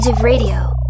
Radio